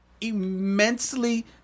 immensely